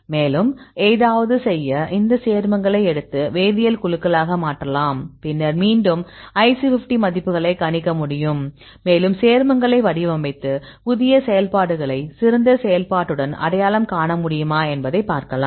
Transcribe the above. மேலும் ஏதாவது செய்ய இந்த சேர்மங்களை எடுத்து வேதியியல் குழுக்களாக மாற்றலாம் பின்னர் மீண்டும் IC 50 மதிப்புகளைக் கணிக்க முடியும் மேலும் சேர்மங்களை வடிவமைத்து புதிய செயல்பாடுகளை சிறந்த செயல்பாட்டுடன் அடையாளம் காண முடியுமா என்பதைப் பார்க்கலாம்